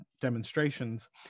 demonstrations